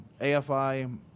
afi